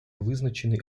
визначений